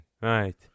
Right